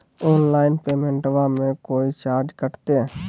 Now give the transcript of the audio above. Online पेमेंटबां मे कोइ चार्ज कटते?